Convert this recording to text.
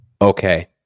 Okay